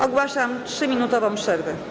Ogłaszam 3-minutową przerwę.